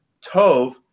tov